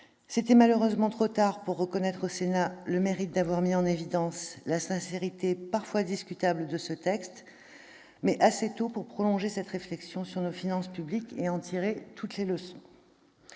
C'était malheureusement trop tard pour reconnaître au Sénat le mérite d'avoir mis en évidence la sincérité parfois discutable de ce texte, mais assez tôt pour prolonger cette réflexion sur nos finances publiques et en tirer toutes les leçons.